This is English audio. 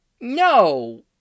no